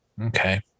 Okay